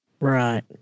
Right